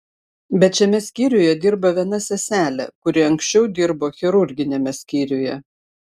bet šiame skyriuje dirba viena seselė kuri anksčiau dirbo chirurginiame skyriuje